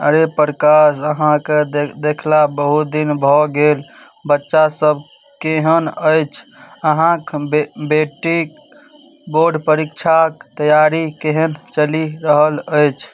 अरे प्रकाश अहाँकेँ देख देखला बहुत दिन भऽ गेल बच्चासभ केहन अछि अहाँक बे बेटीके बोर्ड परीक्षाके तैआरी केहन चलि रहल अछि